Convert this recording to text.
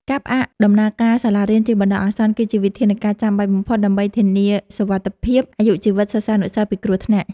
ការផ្អាកដំណើរការសាលារៀនជាបណ្តោះអាសន្ន គឺជាវិធានការចាំបាច់បំផុត ដើម្បីធានាសុវត្ថិភាពអាយុជីវិតសិស្សានុសិស្សពីគ្រោះថ្នាក់។